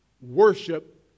worship